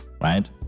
right